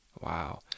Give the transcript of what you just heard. Wow